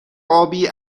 آبی